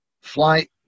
flight